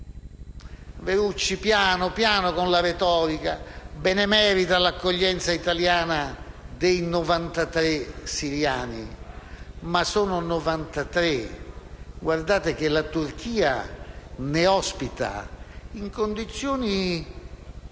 Verducci, piano, piano con la retorica: benemerita l'accoglienza italiana dei 93 siriani, ma sono 93. Guardate che la Turchia ne ospita - in condizioni